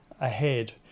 ahead